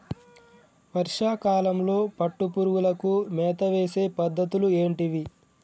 వర్షా కాలంలో పట్టు పురుగులకు మేత వేసే పద్ధతులు ఏంటివి?